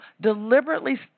deliberately